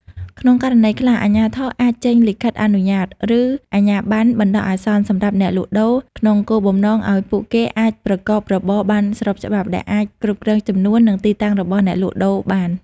ក្នុងករណីខ្លះ អាជ្ញាធរអាចចេញលិខិតអនុញ្ញាត ឬអាជ្ញាប័ណ្ណបណ្តោះអាសន្នសម្រាប់អ្នកលក់ដូរ ក្នុងគោលបំណងឱ្យពួកគេអាចប្រកបរបរបានស្របច្បាប់ ដែលអាចគ្រប់គ្រងចំនួន និងទីតាំងរបស់អ្នកលក់ដូរបាន ។